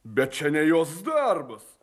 bet čia ne jos darbas